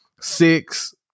six